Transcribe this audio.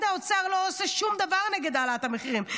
האוצר לא עושה שום דבר נגד העלאת המחירים.